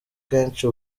kenshi